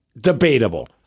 debatable